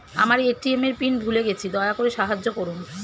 আমার এ.টি.এম এর পিন ভুলে গেছি, দয়া করে সাহায্য করুন